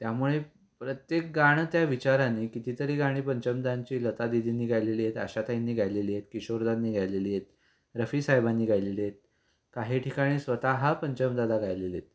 त्यामुळे प्रत्येक गाणं त्या विचाराने कितीतरी गाणी पंचमदांची लतादीदींनी गायलेली आहेत आशााताईंनी गायलेली आहेत किशोरदांनी गायलेली आहेत रफी साहेबांनी गायलेली आहेत काही ठिकाणी स्वतः पंचमदादा गायलेले आहेत